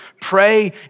pray